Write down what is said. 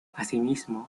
asimismo